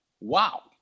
wow